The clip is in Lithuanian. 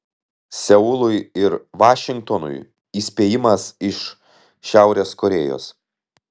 seului ir vašingtonui įspėjimas iš šiaurės korėjos